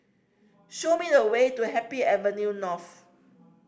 show me the way to Happy Avenue North